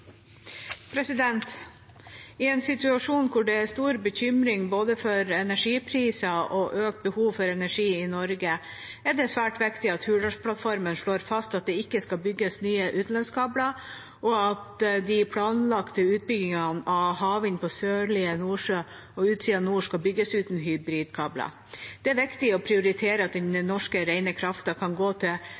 stor bekymring for både energipriser og økt behov for energi i Norge, er det svært viktig at Hurdalsplattformen slår fast at det ikke skal bygges nye utenlandskabler, og at de planlagte utbyggingene av havvind i Sørlige Nordsjø og Utsira Nord skal bygges uten hybridkabler. Det er viktig å prioritere at den norske, rene kraften kan gå til